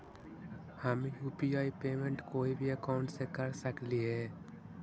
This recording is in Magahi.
हम यु.पी.आई पेमेंट कोई भी अकाउंट से कर सकली हे?